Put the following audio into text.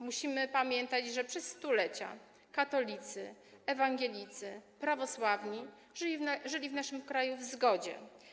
Musimy pamiętać, że przez stulecia katolicy, ewangelicy, prawosławni żyli w naszym kraju w zgodzie.